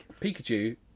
Pikachu